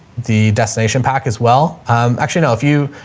the destination pack as well. um, actually no, if you,